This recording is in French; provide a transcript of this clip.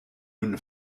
une